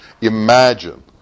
Imagine